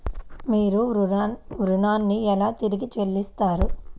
మీరు ఋణాన్ని ఎలా తిరిగి చెల్లిస్తారు?